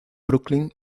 brooklyn